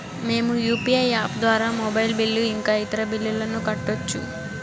మేము UPI app ద్వారా mobile bill ఇంకా ఇతర బిల్లులను కట్టొచ్చు